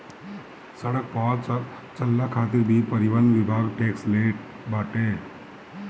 सड़क पअ चलला खातिर भी परिवहन विभाग टेक्स लेट बाटे